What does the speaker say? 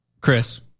Chris